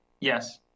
yes